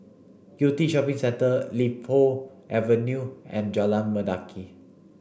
Yew Tee Shopping Centre Li Po Avenue and Jalan Mendaki